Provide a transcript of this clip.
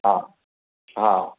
हा हा